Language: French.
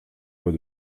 lois